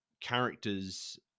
characters